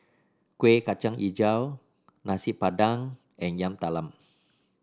Kueh Kacang hijau Nasi Padang and Yam Talam